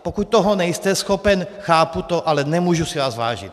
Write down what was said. Pokud toho nejste schopen, chápu to, ale nemůžu si vás vážit.